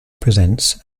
presents